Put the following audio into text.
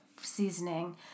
seasoning